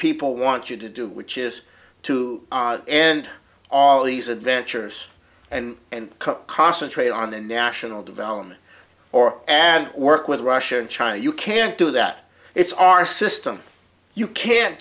people want you to do which is to and all these adventures and and concentrate on the national development or and work with russia and china you can't do that it's our system you can't